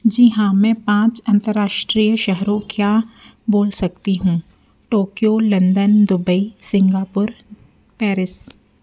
जी हाँ मैं पाँच अंतर्राष्ट्रीय शहरों क्या बोल सकती हूँ Tokyo London Dubai Singapore Paris